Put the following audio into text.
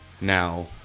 Now